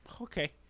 Okay